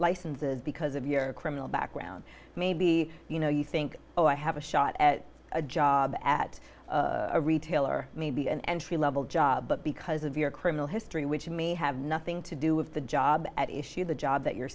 licenses because of your criminal background may be you know you think oh i have a shot at a job at a retail or maybe an entry level job but because of your criminal history which may have nothing to do with the job at issue the job that you're